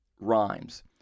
rhymes